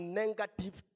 negative